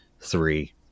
three